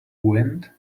wind